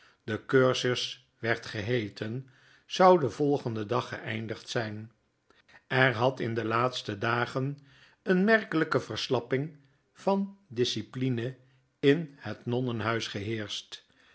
de cursus werd geheeten zou den volgenden dag geeindigd zp er had in de laatste dagen eene merkelyke verslapping van discipline in het nonnenhuis geheerscht